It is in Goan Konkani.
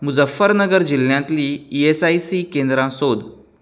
मुझफ्फरनगर जिल्ल्यांतलीं ई एस आय सी केंद्रां सोद